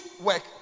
work